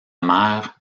mère